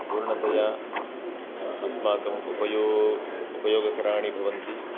पूर्णतया अस्माकम् उपयोगं उपयोगकराणि भवन्ति